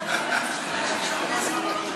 תלבש כיפה.